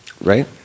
right